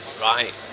Right